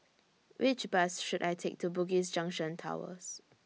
Which Bus should I Take to Bugis Junction Towers